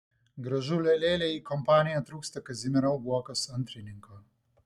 gražulio lėlei į kompaniją trūksta kazimiero uokos antrininko